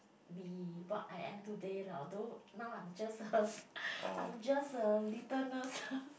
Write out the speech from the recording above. be what I am today lah although now I'm just a I'm just a little nurse